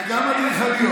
וגם אדריכליות.